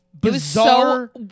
bizarre